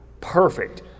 perfect